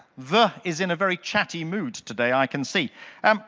the is in a very chatty mood today, i can see. um